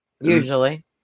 usually